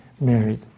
married